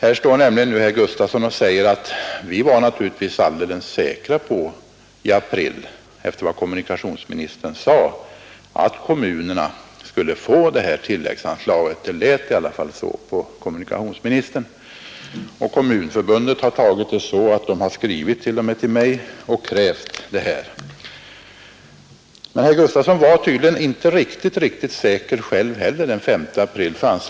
Här står nu nämligen herr Gustafson och säger att vi var naturligtvis i april alldeles säkra på, efter vad kommunikationsministern då sade, att kommunerna skulle få det här tilläggsanslaget. Det lät i alla fall så på kommunikationsministern, sade han. Kommunförbundet har t.o.m., skrivit till mig och krävt det. Men herr Gustafson var tydligen inte riktigt säker själv den 5 april.